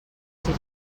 faci